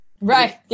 Right